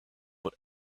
but